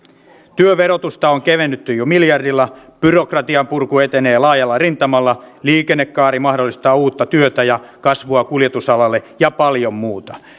työn verotusta on kevennetty jo miljardilla byrokratian purku etenee laajalla rintamalla liikennekaari mahdollistaa uutta työtä ja kasvua kuljetusalalle ja paljon muuta